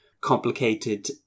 Complicated